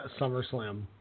SummerSlam